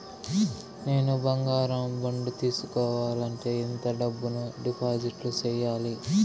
నేను బంగారం బాండు తీసుకోవాలంటే ఎంత డబ్బును డిపాజిట్లు సేయాలి?